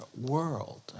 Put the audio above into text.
world